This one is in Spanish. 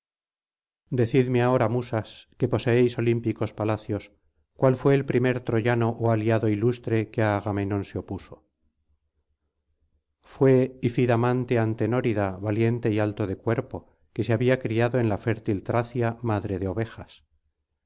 decidme ahora musas que poseéis olímpicos palacios cuál fué el primer troyano ó aliado ilustre que á agamenón se opuso fué ifidamante antenórida valiente y alto de cuerpo que se había criado eii la fértil tracia madre de ovejas